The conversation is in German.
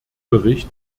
bericht